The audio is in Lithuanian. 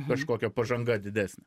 kažkokia pažanga didesnė